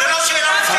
לא מופשטת.